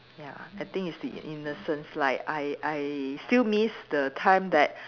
ya I think it's the innocence like I I still miss the time that